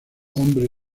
hombre